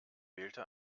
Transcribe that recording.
wählte